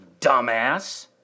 dumbass